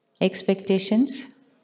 expectations